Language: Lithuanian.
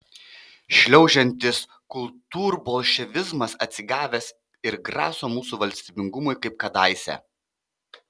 šliaužiantis kultūrbolševizmas atsigavęs ir graso mūsų valstybingumui kaip kadaise